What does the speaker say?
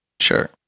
Sure